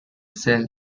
sell